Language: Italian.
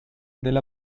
della